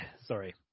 Sorry